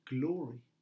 glory